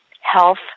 health